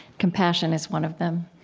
compassion is one of them.